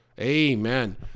Amen